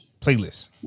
playlist